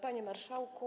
Panie Marszałku!